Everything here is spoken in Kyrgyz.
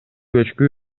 көчкү